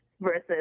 versus